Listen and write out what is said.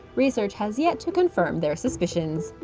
research has yet to confirm their suspicions.